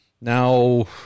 Now